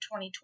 2020